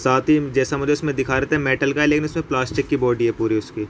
ساتھ ہی جیسا مجھے اس میں دیکھا رہے تھے میٹل کا ہے لیکن اس میں پلاسٹک کی بوڈی ہے پوری اس کی